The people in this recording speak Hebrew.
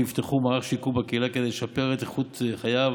יפתחו מערך שיקום כדי לשפר את איכות חייו